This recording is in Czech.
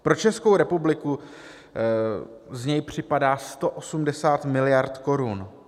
Pro Českou republiku z něj připadá 180 mld. korun.